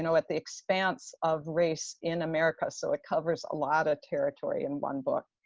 you know at the expanse of race in america, so it covers a lot of territory in one book.